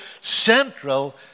central